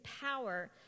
power